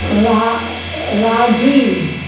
रा राजी